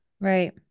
Right